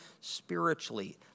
spiritually